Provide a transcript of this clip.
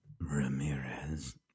Ramirez